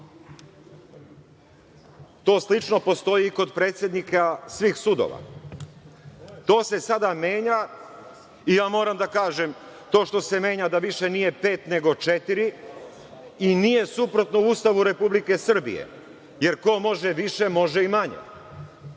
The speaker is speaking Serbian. slično postoji i kod predsednika svih sudova. To se sada menja i ja moram da kažem da to što se menja više nije pet nego četiri i nije suprotno Ustavu Republike Srbije, jer ko može više može i manje,